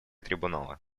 трибунала